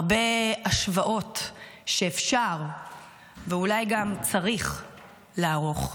הרבה השוואות שאפשר ואולי גם צריך לערוך.